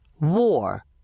War